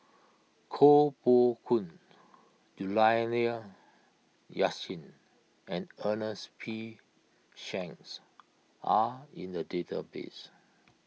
Koh Poh Koon Juliana Yasin and Ernest P Shanks are in the database